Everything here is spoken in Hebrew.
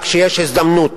רק כשיש הזדמנות